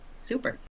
Super